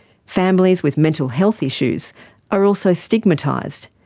families with mental health issues are also stigmatised.